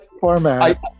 format